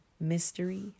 mystery